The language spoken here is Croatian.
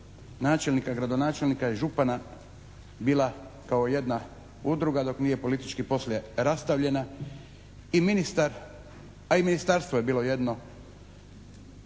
načelnika, gradonačelnika i župana bila kao jedna udruga dok nije politički poslije rastavljena i ministar, a i ministarstvo je bilo jedno,